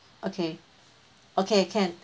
okay okay can